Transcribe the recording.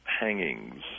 hangings